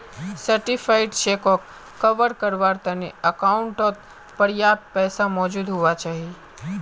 certified चेकोक कवर कारवार तने अकाउंटओत पर्याप्त पैसा मौजूद हुवा चाहि